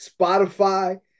Spotify